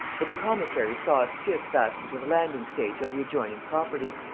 but the commissary saw a skiff fastened to the landing-stage of the adjoining property.